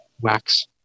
wax